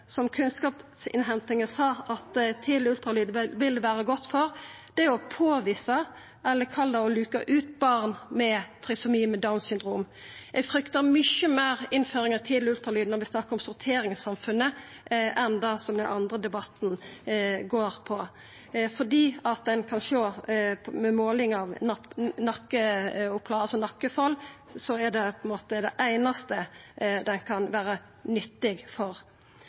einaste kunnskapsinnhentinga viste at tidleg ultralyd ville vera godt for, er å påvisa – eller kall det å luka ut – barn med trisomi, med Downs syndrom. Eg fryktar mykje meir innføring av tidleg ultralyd når vi snakkar om sorteringssamfunnet, enn det som den andre debatten går på. Det ein kan sjå ved å måla nakkefolden, er på ein måte det einaste han kan vera nyttig for.